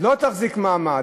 לא תחזיק מעמד,